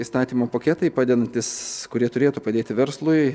įstatymų paketai padedantys kurie turėtų padėti verslui